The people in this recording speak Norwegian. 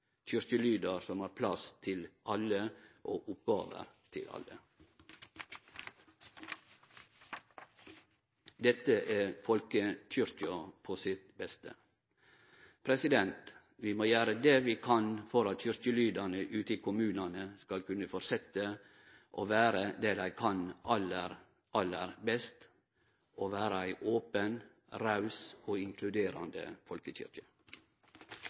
som har plass til alle og oppgåver til alle. Dette er folkekyrkja på sitt beste! Vi må gjere det vi kan for at kyrkjelydane ute i kommunane skal kunne fortsetje å vere det dei kan aller, aller best, det å vere ei open, raus og inkluderande